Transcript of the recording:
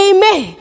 Amen